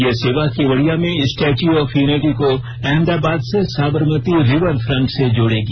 ये सेवा केवड़िया में स्टेच्यू ऑफ यूनिटी को अहमदाबाद में साबरमती रिवरफ्रंट से जोड़ेगी